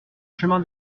chemin